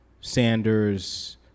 sanders